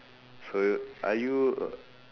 so are you a